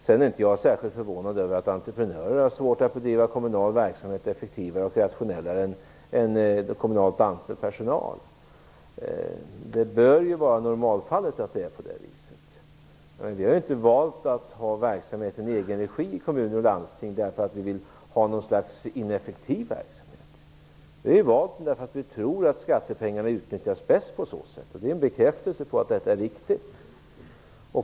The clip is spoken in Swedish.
Jag är inte särskilt förvånad över att entreprenörer har svårt att bedriva kommunal verksamhet effektivare och rationellare än kommunalt anställd personal. Det bör vara så i normalfallet. Vi har ju inte valt att ha verksamheten i egenregi i kommuner och landsting därför att vi vill ha en ineffektiv verksamhet. Vi har valt det därför att vi tror att skattepengarna utnyttjas bäst på så sätt. Det är en bekräftelse på att detta är riktigt.